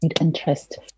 Interest